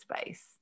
space